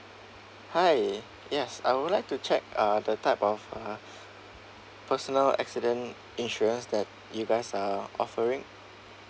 hi yes I would like to check uh the type of uh personal accident insurance that you guys are offering